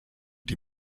die